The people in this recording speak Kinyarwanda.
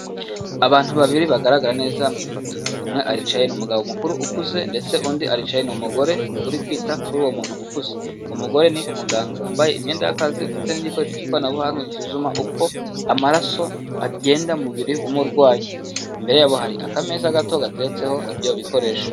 Abantu babiri bagaragara neza mu ifoto, umwe aricaye ni umugabo mukuru ukuze ndetse undi aricaye ni umugore uri kwita kuri uwo muntu ukuze. Uwo mugore ni umuganga wambaye imyenda y'akazifita ufite n' igikoresho cy'ikoranabuhanga gisuzuma uko amaraso agenda mubiri w'umurwayi, imbere yabo hari akameza gato gateretseho ibyo bikoresho.